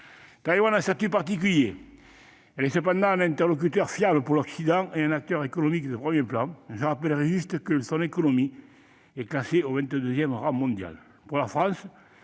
Taïwan a un statut particulier. Elle est cependant un interlocuteur fiable pour l'Occident et un acteur économique de premier plan. Je rappellerai juste que son économie est classée au vingt-deuxième rang mondial. Pour la France,